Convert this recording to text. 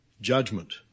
Judgment